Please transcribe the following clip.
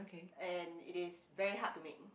and it is very hard to make